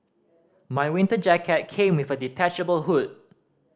my winter jacket came with a detachable hood